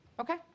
Okay